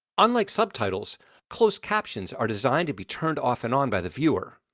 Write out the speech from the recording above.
unlike subtitles closed captions are designed to be turned off and on by the viewer.